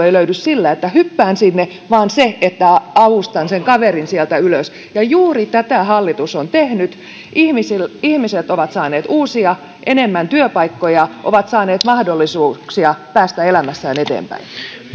ei löydy sillä että hyppään sinne vaan sillä että avustan sen kaverin sieltä ylös juuri tätä hallitus on tehnyt ihmiset ovat saaneet enemmän uusia työpaikkoja ovat saaneet mahdollisuuksia päästä elämässään eteenpäin